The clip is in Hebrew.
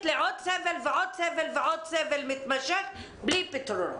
לעוד סבל ועוד סבל מתמשך בלי פתרונות.